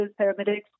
paramedics